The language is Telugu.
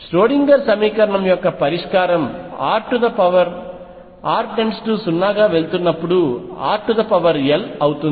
ష్రోడింగర్ సమీకరణం యొక్క పరిష్కారం r 0 గా వెళుతున్నప్పుడు rlఅవుతుంది